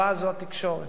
זו התקשורת.